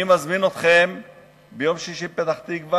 אני מזמין אתכם ביום שישי לפתח-תקווה,